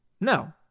No